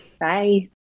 Bye